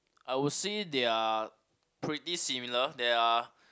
I would see they are pretty similar they are